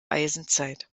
eisenzeit